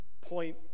point